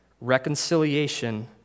reconciliation